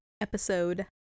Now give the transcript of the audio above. episode